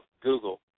Google